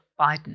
Biden